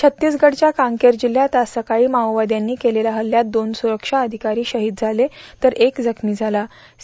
छत्तीसगडच्या कांकेर जिल्ह्यात आज सकाळी माओवाद्यांनी केलेल्या हल्ल्यात दोन सुरक्षा अधिकारी शहीद झाले तर एक जखमी झाला आहे